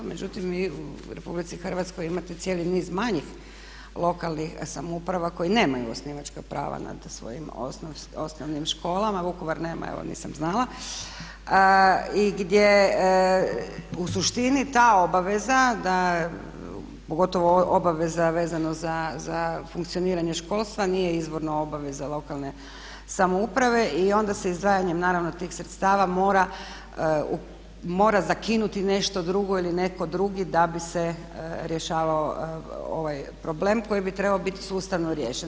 Međutim, vi u RH imate cijeli niz manjih lokalnih samouprava koje nemaju osnivačka prava nad svojim osnovnim školama, Vukovar nema, evo nisam znala i gdje u suštini ta obaveza da, pogotovo obaveza vezano za funkcioniranje školstva nije izborna obaveza lokalne samouprave i onda se izdvajanjem naravno tih sredstava mora zakinuti nešto drugo ili neko drugi da bi se rješavao ovaj problem koji bi trebao biti sustavno riješen.